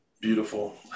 beautiful